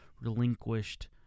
relinquished –